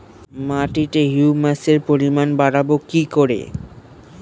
মাটিতে হিউমাসের পরিমাণ বারবো কি করে?